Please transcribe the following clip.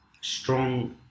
strong